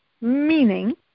Meaning